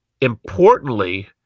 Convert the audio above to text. importantly